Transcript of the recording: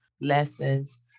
lessons